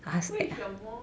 为什么